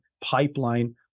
pipeline